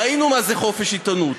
ראינו מה זה חופש עיתונות.